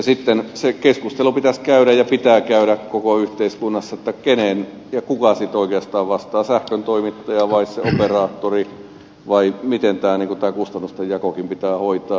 sitten myös se keskustelu pitäisi käydä ja pitää käydä koko yhteiskunnassa kuka sitten oikeastaan vastaa sähkön toimittaja vai se operaattori vai miten tämä kustannustenjako pitää hoitaa